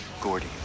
Gordy